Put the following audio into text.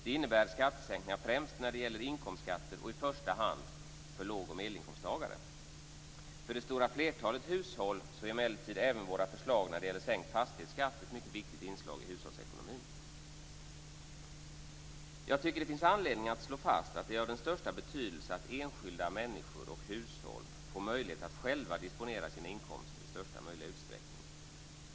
Det innebär skattesänkningar främst när det gäller inkomstskatter - i första hand för låg och medelinkomsttagare. För det stora flertalet hushåll är emellertid även våra förslag till sänkt fastighetsskatt ett mycket viktigt inslag i hushållsekonomin. Jag tycker att det finns anledning att slå fast att det är av största betydelse att enskilda människor och hushåll får möjlighet att själva disponera sina inkomster i största möjliga utsträckning.